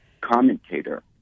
commentator